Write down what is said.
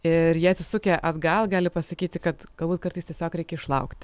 ir jie atsisukę atgal gali pasakyti kad galbūt kartais tiesiog reikia išlaukti